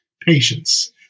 Patience